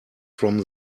from